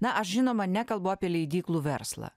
na aš žinoma nekalbu apie leidyklų verslą